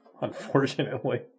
unfortunately